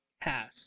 Pass